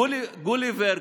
גוליבר,